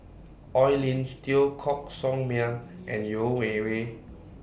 Oi Lin Teo Koh Sock Miang and Yeo Wei Wei